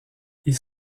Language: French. ils